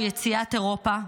הוא "יציאת אירופה",